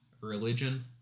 religion